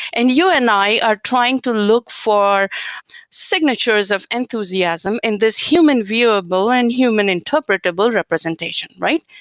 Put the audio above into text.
and you and i are trying to look for signatures of enthusiasm and this human viewable and human interpretable representation, right?